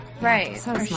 Right